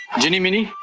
genie meanie.